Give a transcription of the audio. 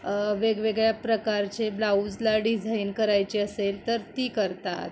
वेगवेगळ्या प्रकारचे ब्लाऊजला डिझाईन करायची असेल तर ती करतात